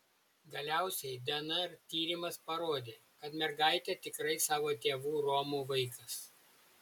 galiausiai dnr tyrimas parodė kad mergaitė tikrai savo tėvų romų vaikas